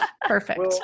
Perfect